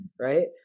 right